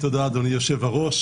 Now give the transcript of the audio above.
תודה אדוני היושב-ראש.